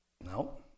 No